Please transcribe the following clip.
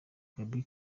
gaby